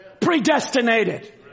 predestinated